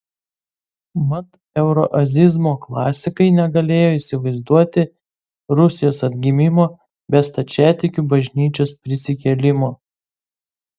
mat euroazizmo klasikai negalėjo įsivaizduoti rusijos atgimimo be stačiatikių bažnyčios prisikėlimo